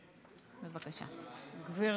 גברתי.